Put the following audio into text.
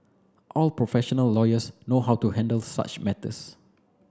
all professional lawyers know how to handle such matters